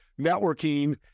networking